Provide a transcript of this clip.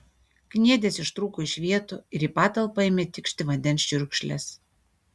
kniedės ištrūko iš vietų ir į patalpą ėmė tikšti vandens čiurkšlės